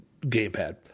gamepad